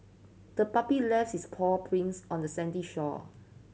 the puppy lefts its paw prints on the sandy shore